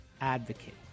advocate